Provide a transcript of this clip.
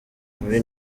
muri